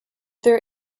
there